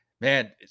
Man